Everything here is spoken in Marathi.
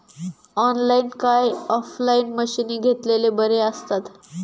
ऑनलाईन काय ऑफलाईन मशीनी घेतलेले बरे आसतात?